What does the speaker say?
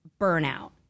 burnout